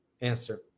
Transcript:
Answer